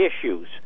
issues